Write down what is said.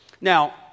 Now